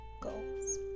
goals